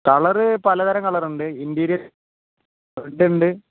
colour പല തരം കളറുണ്ട് ഇന്റീരിയൽ റെഡ് ഉണ്ട്